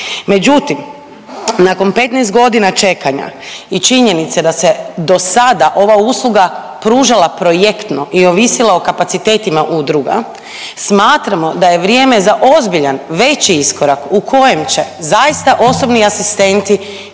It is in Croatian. Međutim, nakon 15 godina čekanja i činjenica da se od sada ova usluga pružala projektno i ovisila o kapacitetima udruga, smatramo da je vrijeme za ozbiljan već iskorak u kojem će zaista osobni asistenti